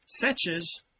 fetches